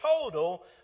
total